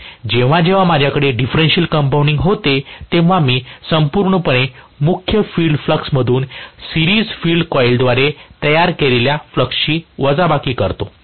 जेव्हा जेव्हा माझ्याकडे डिफॅरेन्शियल कंपाउंडिंग होते तेव्हा मी संपूर्णपणे मुख्य फील्ड फ्लक्समधून सिरीज फील्ड कॉइलद्वारे तयार केलेल्या फ्लक्सची वजाबाकी करतो